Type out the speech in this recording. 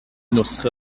نسخه